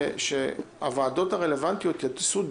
תיכף ומייד,